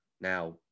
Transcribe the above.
Now